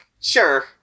Sure